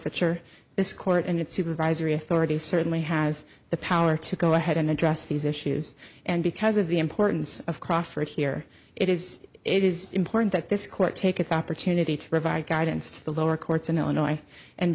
forfeiture this court and its supervisory authority certainly has the power to go ahead and address these issues and because of the importance of crawford here it is it is important that this court take its opportunity to provide guidance to the lower courts in illinois and